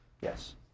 Yes